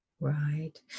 Right